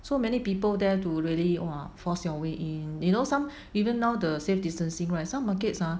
so many people there to really !wah! force their way in you know some even now the safe distancing right some markets ah